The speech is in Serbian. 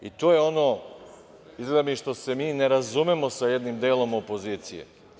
I to je ono, izgleda mi, gde se mi ne razumemo sa jednim delom opozicije.